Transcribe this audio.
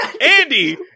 Andy